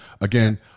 Again